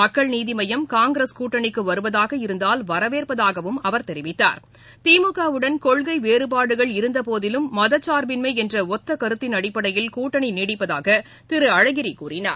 மக்கள் நீதிமய்யம் னங்கிரஸ் கூட்டணிக்குவருவதாக இருந்தால் வரவேற்பதாகவும் அவர் தெரிவித்தார் திமுகவுடன் கொள்கைவேறபாடுகள் இருந்தபோதிலும் மதார்பின்மைஎன்றஒத்தக்கருத்தின் அடிப்படையில் கூட்டணிநீடிப்பதாகதிருஅழகிரிகூறினார்